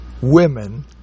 women